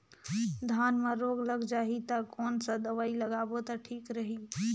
धान म रोग लग जाही ता कोन सा दवाई लगाबो ता ठीक रही?